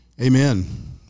Amen